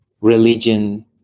religion